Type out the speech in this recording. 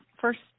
first